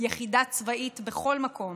יחידה צבאית, בכל מקום.